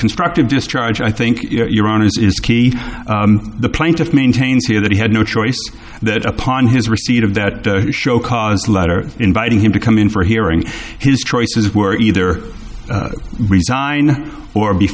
constructive discharge i think you're on is key the plaintiff maintains here that he had no choice that upon his receipt of that show cause letter inviting him to come in for a hearing his choices were either resign or be